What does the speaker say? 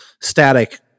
static